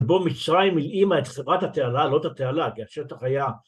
בו מצרים הלאימה את חברת התעלה, לא את התעלה, את השטח היה...